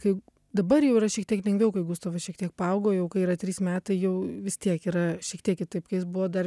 kai dabar jau yra šiek tiek lengviau kai gustavas šiek tiek paaugo jau yra trys metai jau vis tiek yra šiek tiek kitaip kai jis buvo dar